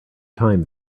time